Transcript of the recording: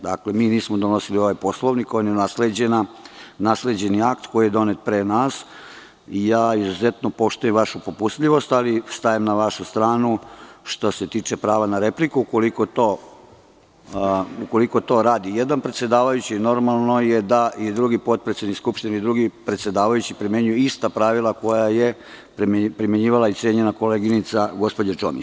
Dakle, mi nismo donosili ovaj Poslovnik, on je nasleđeni akt koji je donet pre nas i ja izuzetno poštujem vašu popustljivost, ali stajem na vašu stranu, što se tiče prava na repliku i ukoliko to radi jedan predsedavajući, normalno je da i drugi potpredsednik Skupštine i drugi predsedavajući primenjuje ista pravila koja je primenjivala cenjena koleginica gospođa Čomić.